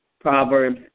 Proverbs